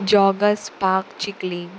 joggers park Chicalim